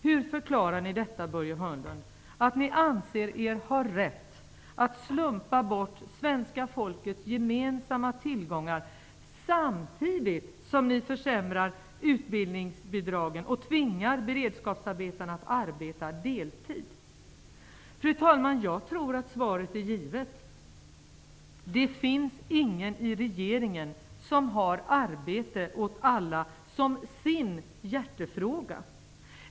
Hur förklarar ni, Börje Hörnlund, att ni anser er ha rätt att slumpa bort svenska folkets gemensamma tillgångar, samtidigt som ni försämrar utbildningsbidragen och tvingar beredskapsarbetarna att arbeta deltid? Fru talman! Jag tror att svaret är givet. Det finns ingen i regeringen som har arbete åt alla som sin hjärtefråga.